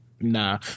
Nah